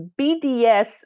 BDS